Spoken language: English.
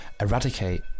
eradicate